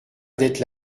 d’être